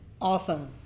Awesome